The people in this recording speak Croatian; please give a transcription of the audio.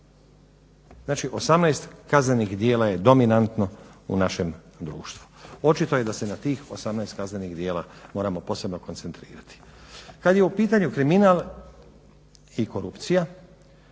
Znači, 18 kaznenih djela je dominantno u našem društvu. Očito je da se na tih 18 kaznenih djela moramo posebno koncentrirati. Kad je u pitanju kriminal i korupcija